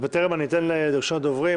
בטרם אני אתן לראשון הדוברים,